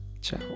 Ciao